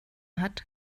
hat